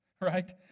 right